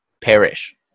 Perish